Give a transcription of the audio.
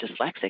dyslexic